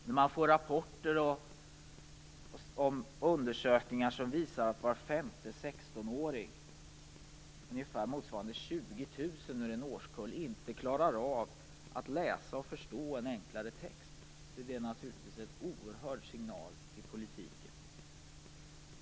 När man får rapporter om undersökningar som visar att var femte 16-åring - motsvarande ca 20 000 elever ur en årskull - inte klarar av att läsa och förstå en enklare text, så är det naturligtvis en oerhört viktig signal till politikerna.